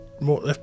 more